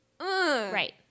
right